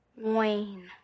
Wayne